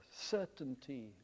certainty